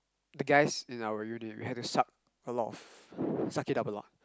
the guys in our unit we have to suck a lot of suck it up a lot